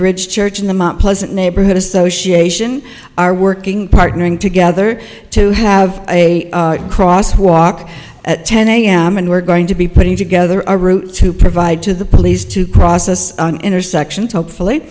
bridge church in the mount pleasant neighborhood association are working partnering together to have a cross walk at ten am and we're going to be putting together a route to provide to the police to process intersections hopefully